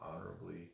honorably